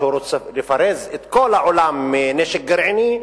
שהוא רוצה לפרז את כל העולם מנשק גרעיני,